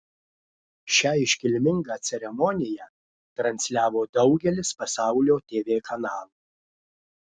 šią iškilmingą ceremoniją transliavo daugelis pasaulio tv kanalų